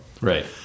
Right